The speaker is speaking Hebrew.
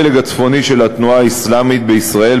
הפלג הצפוני של התנועה האסלאמית בישראל,